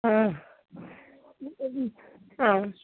ആ ആ